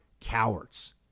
cowards